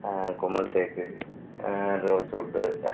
குமுல் தேக்கு rose wood